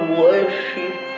worship